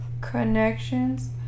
Connections